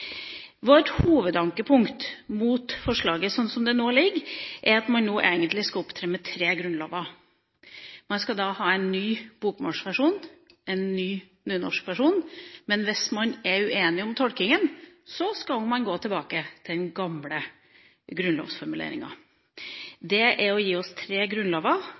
Vårt hovedankepunkt mot forslaget slik det nå foreligger, er at man nå egentlig skal opptre med tre grunnlover: Man skal ha en ny bokmålsversjon, en ny nynorskversjon og hvis man er uenig om tolkninga, skal man gå tilbake til den gamle grunnlovsformuleringa. Det er å gi oss tre grunnlover,